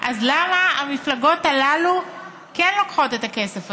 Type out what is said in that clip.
אז למה המפלגות הללו כן לוקחות את הכסף הזה?